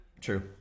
True